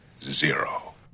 zero